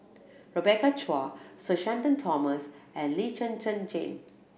Rebecca Chua Sir Shenton Thomas and Lee Zhen Zhen Jane